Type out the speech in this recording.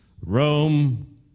Rome